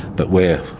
but we're,